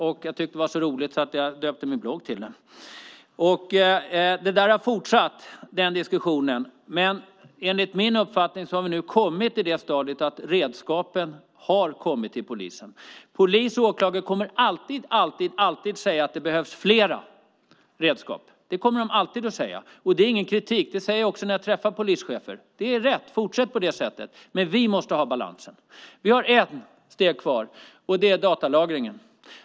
Jag tyckte att det var så roligt att jag döpte min blogg till det. Den diskussionen har fortsatt, men enligt min uppfattning har vi nu kommit till det stadiet att vi kan säga att redskapen har kommit till polisen. Polis och åklagare kommer alltid att säga att det behövs fler redskap. Det kommer de alltid att säga. Det är ingen kritik, och det säger jag när jag träffar polischefer. Det är rätt, fortsätt på det sättet, men vi måste ha balans här. Vi har ett steg kvar, och det är datalagringen.